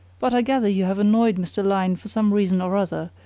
but i gather you have annoyed mr. lyne for some reason or other,